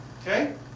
Okay